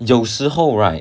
有时候 right